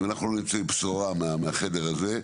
אם אנחנו לא נצא עם בשורה החדר הזה,